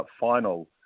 final